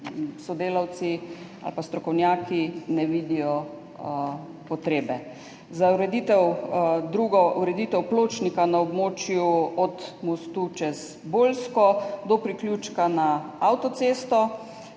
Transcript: sodelavci ali pa strokovnjaki ne vidijo potrebe. Za ureditev pločnika na območju od mostu čez Bolsko do priključka na avtocesto